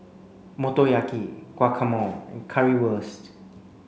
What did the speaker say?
Motoyaki Guacamole and Currywurst